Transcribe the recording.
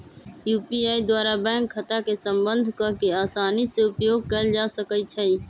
UPI द्वारा bank खता के संबद्ध कऽ के असानी से उपयोग कयल जा सकइ छै